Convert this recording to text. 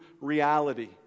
reality